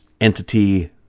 entity